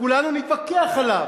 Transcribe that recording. וכולנו נתווכח עליו.